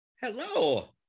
Hello